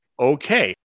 okay